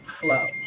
flow